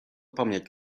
paměť